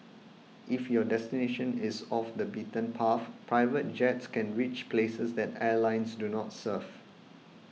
if your destination is off the beaten path private jets can reach places that airlines do not serve